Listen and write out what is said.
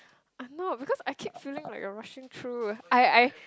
I'm not because I keep feeling like you're rushing through I I